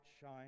shine